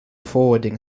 forwarding